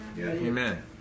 Amen